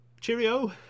cheerio